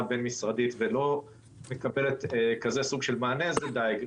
בין-משרדית ולא מקבלת כזה סוג של מענה זה דיג.